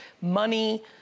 Money